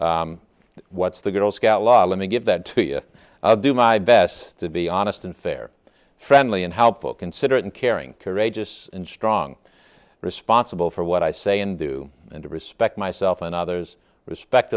what's the girl scout law let me give that to you i'll do my best to be honest and fair friendly and helpful considerate and caring courageous and strong responsible for what i say and do and to respect myself and others respect